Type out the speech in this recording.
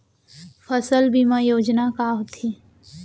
फसल बीमा योजना का होथे?